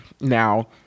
Now